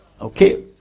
Okay